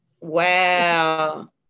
Wow